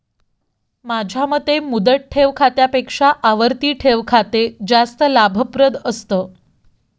माझ्या मते मुदत ठेव खात्यापेक्षा आवर्ती ठेव खाते जास्त लाभप्रद असतं